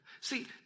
See